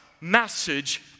message